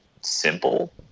simple